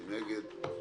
מי נגד?